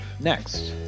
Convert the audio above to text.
next